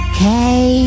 Okay